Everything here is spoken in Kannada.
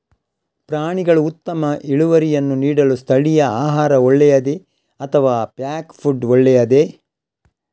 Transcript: ಪ್ರಾಣಿಗಳು ಉತ್ತಮ ಇಳುವರಿಯನ್ನು ನೀಡಲು ಸ್ಥಳೀಯ ಆಹಾರ ಒಳ್ಳೆಯದೇ ಅಥವಾ ಪ್ಯಾಕ್ ಫುಡ್ ಒಳ್ಳೆಯದೇ?